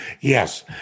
Yes